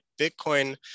Bitcoin